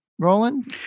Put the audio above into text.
Roland